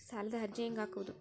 ಸಾಲದ ಅರ್ಜಿ ಹೆಂಗ್ ಹಾಕುವುದು?